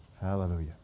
Hallelujah